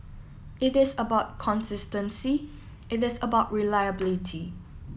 it is about consistency it is about reliability